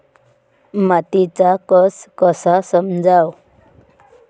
मातीचा कस कसा समजाव?